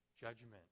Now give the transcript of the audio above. judgment